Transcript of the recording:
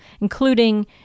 including